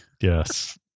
yes